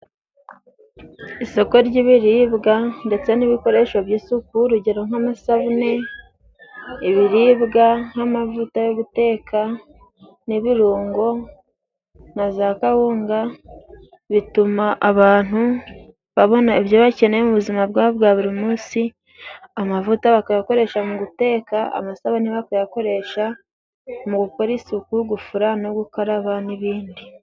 Isoko ry'ibiribwa ndetse n'ibikoresho by'isuku, urugero nk'amasabune, ibiribwa, nk'amavuta yo guteka n'ibirungo, na za kawunga, bituma abantu babona ibyo bakeneye mu buzima bwabo bwa buri munsi, amavuta bakayakoresha mu guteka, amasabune bakayakoresha mu gukora isuku, gufura no gukaraba n'ibindi.